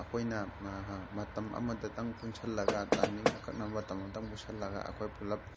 ꯑꯩꯈꯣꯏꯅ ꯃꯇꯝ ꯑꯃꯗꯗꯪ ꯄꯨꯟꯁꯜꯂꯒ ꯇꯥꯏꯃꯤꯡ ꯑꯀꯛꯅꯕ ꯃꯇꯝ ꯑꯝꯇꯪ ꯄꯨꯟꯁꯜꯂꯒ ꯑꯩꯈꯣꯏ ꯄꯨꯜꯂꯞ